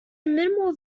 minimal